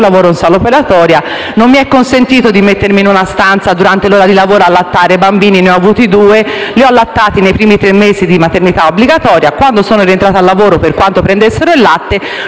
lavoro in sala operatoria e non mi è consentito mettermi in una stanza, durante l'orario di lavoro, ad allattare bambini. Ho avuto due figli e li ho allattati nei primi tre mesi di maternità obbligatoria. Quando sono tornata a lavoro, per quanto prendessero il latte,